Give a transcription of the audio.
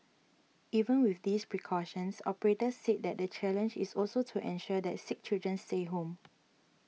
even with these precautions operators said the challenge is also to ensure that sick children stay home